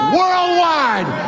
worldwide